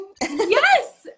Yes